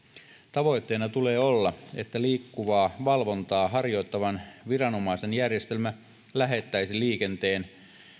tavoitteena tulee olla että liikkuvaa valvontaa harjoittavan viranomaisen järjestelmä lähettäisi liikenteen